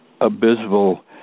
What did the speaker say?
abysmal